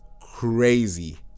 crazy